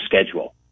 schedule